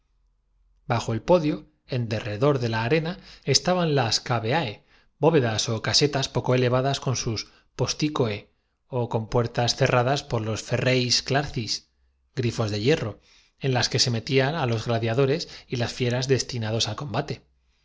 bajo el podio en derredor de la arena estaban las mente dispuestas por los designatores ó maestros de cavece bóvedas ó casetas poco elevadas con sus posticeremonias según el rango y circunstancias de cada cce ó compuertas cerradas por los ferréis clathrisgri uno fos de hierroen las que se metía á los gladiadores y las fieras destinados al combate